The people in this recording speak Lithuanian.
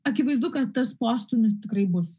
akivaizdu kad tas postūmis tikrai bus